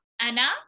Anna